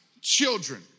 children